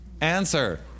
Answer